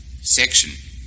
Section